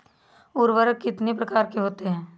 उर्वरक कितनी प्रकार के होते हैं?